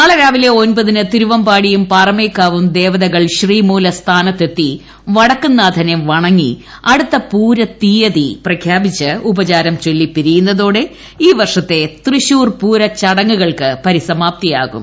നാളെ രാവിലെ തിരുവമ്പാടിയും പാറമേക്കാവും ദേവതകൾ ശ്രീമൂലസ്ഥാനത്ത് എത്തി വടക്കുന്നാഥനെ വണങ്ങി അടുത്ത പൂര തീയതി പ്രഖ്യാപിച്ച് ഉപചാരം ചൊല്ലി പിരിയുന്നതോടെ ഈ വർഷത്തെ തൃശൂർ പരിസമാപ്തിയാകും